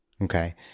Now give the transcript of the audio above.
Okay